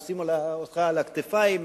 נושאים אותך על כתפיים,